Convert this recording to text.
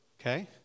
Okay